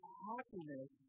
happiness